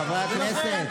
חברת הכנסת.